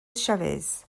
chavez